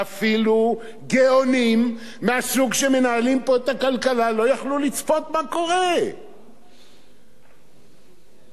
אפילו גאונים מהסוג שמנהלים פה את הכלכלה לא יכלו לצפות ולראות מה קורה.